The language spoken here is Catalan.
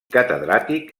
catedràtic